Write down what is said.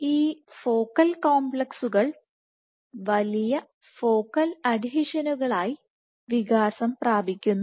ഈ ഫോക്കൽ കോംപ്ലക്സുകൾ വലിയ ഫോക്കൽ അഡ്ഹീഷനുകളായി വികാസം പ്രാപിക്കുന്നു